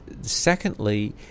Secondly